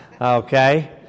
Okay